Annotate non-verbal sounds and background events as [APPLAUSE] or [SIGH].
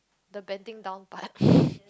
the bending down part [LAUGHS]